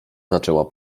zaczęła